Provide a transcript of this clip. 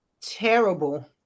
terrible